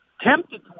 tempted